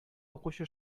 укучы